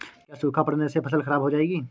क्या सूखा पड़ने से फसल खराब हो जाएगी?